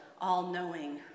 all-knowing